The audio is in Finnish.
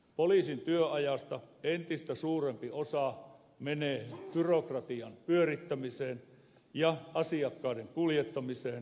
poliisin työajasta entistä suurempi osa menee byrokratian pyörittämiseen ja asiakkaiden kuljettamiseen paikkakunnalta toiselle